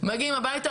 מגיעים הביתה